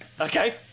Okay